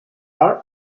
are